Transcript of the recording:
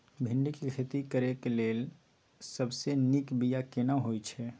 भिंडी के खेती करेक लैल सबसे नीक बिया केना होय छै?